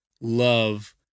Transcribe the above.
love